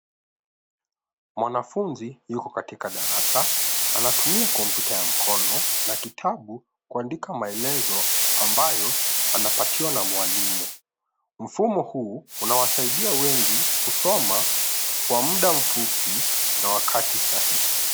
Mwanafunzi yuko katika darasa. Anatumia kompyuta ya mkono na kitabu kuandika maelezo ambayo anapatiwa na mwalimu. Mfumo huu unawasaidia wengi kusoma kwa muda mfupi na wakati sahihi.